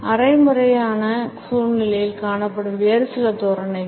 அரை முறையான சூழ்நிலைகளில் காணப்படும் வேறு சில தோரணைகள்